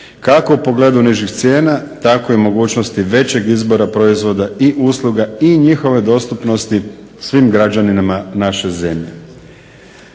kako u pogledu nižih cijena tako i mogućnosti većeg izbora proizvoda i usluga i njihove dostupnosti svim građanima naše zemlje.